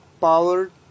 powered